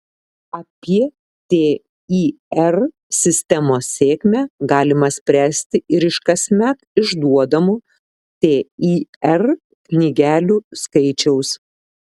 apie tir sistemos sėkmę galima spręsti ir iš kasmet išduodamų tir knygelių skaičiaus